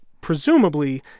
presumably